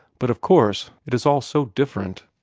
but of course it is all so different!